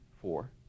four